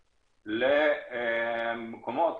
למקומות,